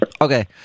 Okay